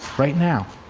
right now.